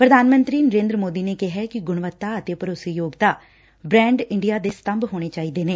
ਪ੍ਰਧਾਨ ਮੰਤਰੀ ਨਰੇਂਦਰ ਮੋਦੀ ਨੇ ਕਿਹੈ ਕਿ ਗੁਣਵੱਤਾ ਅਤੇ ਭਰੋਸੇਯੋਗਤਾ ਬੈਂਡ ਇੰਡੀਆ ਦੇ ਸੰਤਭ ਹੋਣੇ ਚਾਹੀਦੇ ਨੇ